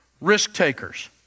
risk-takers